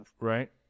Right